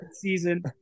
season